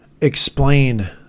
explain